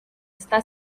está